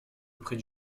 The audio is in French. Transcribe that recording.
auprès